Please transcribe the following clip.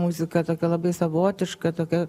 muziką tokią labai savotišką tokią